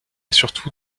surtout